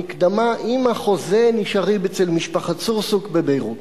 המקדמה עם החוזה נשארים אצל משפחת סורסוק בביירות.